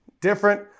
different